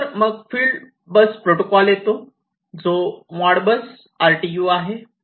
त्यानंतर मग field bus protocol येतो जो मॉडबस आरटीयू आहे